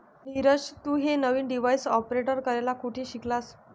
नीरज, तू हे नवीन डिव्हाइस ऑपरेट करायला कुठे शिकलास?